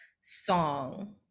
song